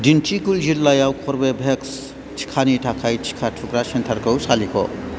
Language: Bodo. दिन्दिगुल जिल्लायाव कर्वेभेक्स टिकानि थाखाय टिका थुग्रा सेन्टारखौ सालिख'